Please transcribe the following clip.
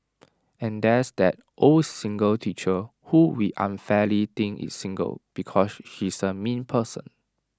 and there's that old single teacher who we unfairly think is single because she's A mean person